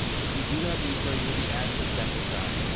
if you do not do so you will be asked to step aside.